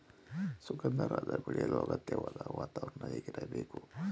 ಸುಗಂಧರಾಜ ಬೆಳೆಯಲು ಅಗತ್ಯವಾದ ವಾತಾವರಣ ಹೇಗಿರಬೇಕು?